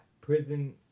prison